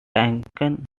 duncan